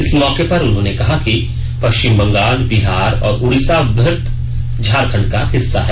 इस मौके पर उन्होंने कहा कि पश्चिम बंगाल बिहार और उड़ीसा वृहत झारखंड का हिस्सा है